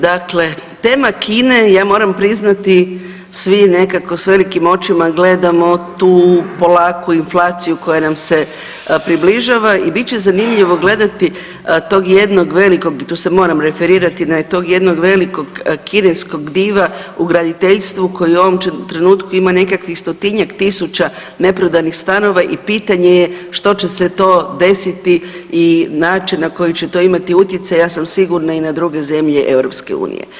Dakle, tema Kine ja moram priznati svi nekako s velikim očima gledamo tu polako inflaciju koja nam se približava i bit će zanimljivo gledati tog jednog velikog i tu se moram referirati na tog jednog velikog kineskog diva u graditeljstvu koji u ovom trenutku ima 100-tinjak tisuća neprodanih stanova i pitanje je što će se to desiti i način na koji će to imati utjecaj ja sam sigurna i na druge zemlje EU.